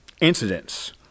incidents